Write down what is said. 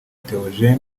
théogène